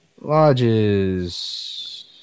Lodges